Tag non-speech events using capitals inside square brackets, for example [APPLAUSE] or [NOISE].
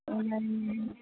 [UNINTELLIGIBLE]